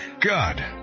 God